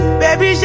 baby